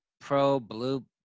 pro-blue